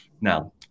Now